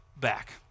back